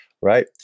right